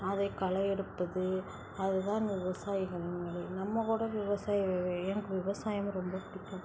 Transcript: அதை களை எடுப்பது அது தான் விவசாயிகள்ங்கிறது நம்மக்கூட விவசாயி எனக்கு விவசாயமும் ரொம்ப பிடிக்கும்